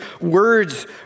words